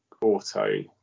auto